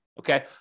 okay